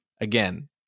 Again